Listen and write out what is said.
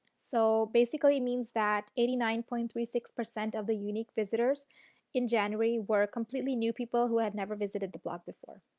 so, basically it means that eighty nine point three six of the unique visitors in january were completely new people who had never visited the blog before.